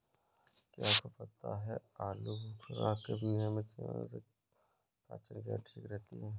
क्या आपको पता है आलूबुखारा के नियमित सेवन से पाचन क्रिया ठीक रहती है?